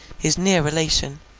his near relation,